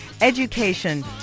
education